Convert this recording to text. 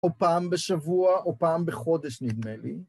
או פעם בשבוע, או פעם בחודש נדמה לי.